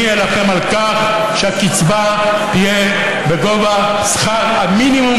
אני אילחם על כך שהקצבה תהיה בגובה שכר המינימום